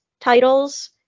titles